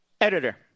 editor